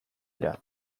dira